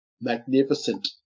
Magnificent